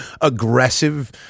aggressive